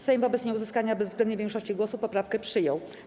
Sejm wobec nieuzyskania bezwzględnej większości głosów poprawkę przyjął.